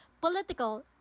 political